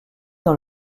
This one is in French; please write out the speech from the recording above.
dans